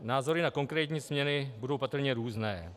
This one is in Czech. Názory na konkrétní změny budou patrně různé.